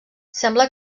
sembla